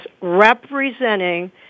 representing